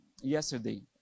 yesterday